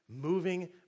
moving